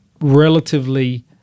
relatively